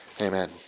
Amen